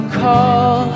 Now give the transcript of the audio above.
call